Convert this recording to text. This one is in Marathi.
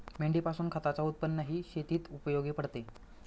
मेंढीपासून खताच उत्पन्नही शेतीत उपयोगी पडते